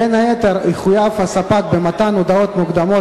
בין היתר יחויב הספק במתן הודעות מוקדמות